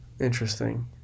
Interesting